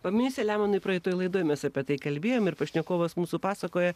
pameni selemonui praeitoje laidoje mes apie tai kalbėjome ir pašnekovas mūsų pasakoja